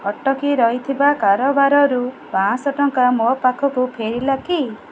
ଅଟକି ରହିଥିବା କାରବାରରୁ ପାଞ୍ଚଶହ ଟଙ୍କା ମୋ ପାଖକୁ ଫେରିଲା କି